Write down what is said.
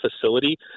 facility